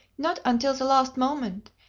not until the last moment.